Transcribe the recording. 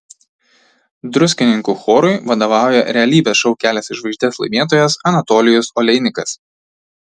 druskininkų chorui vadovauja realybės šou kelias į žvaigždes laimėtojas anatolijus oleinikas